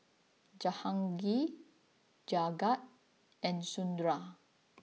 Jahangir Jagat and Sundar